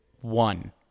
One